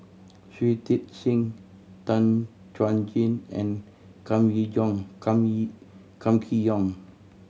Shui Tit Sing Tan Chuan Jin and Kam Kam Kee Yong